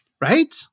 Right